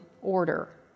order